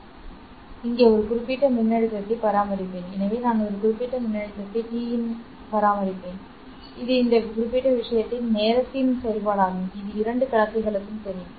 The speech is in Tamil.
நான் இங்கே ஒரு குறிப்பிட்ட மின்னழுத்தத்தை பராமரிப்பேன் எனவே நான் ஒரு குறிப்பிட்ட மின்னழுத்தத்தை T இன் பராமரிப்பேன் இது இந்த குறிப்பிட்ட விஷயத்தில் நேரத்தின் செயல்பாடாகும் இது இரண்டு கடத்திகளுக்கு தெரியும்